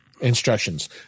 instructions